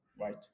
right